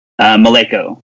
Maleko